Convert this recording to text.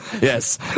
Yes